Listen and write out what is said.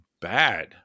bad